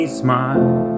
smile